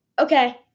okay